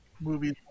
movies